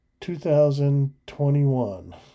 2021